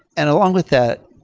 and along with that,